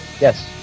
yes